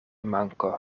manko